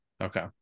okay